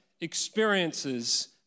experiences